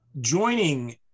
Joining